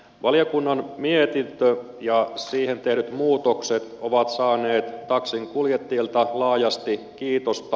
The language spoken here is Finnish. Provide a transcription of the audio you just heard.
valiokunnan mietintö ja siihen tehdyt muutokset ovat saaneet taksinkuljettajilta laajasti kiitosta